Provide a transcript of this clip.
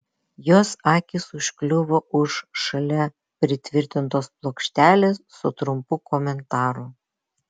jos akys užkliuvo už šalia pritvirtintos plokštelės su trumpu komentaru